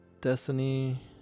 Destiny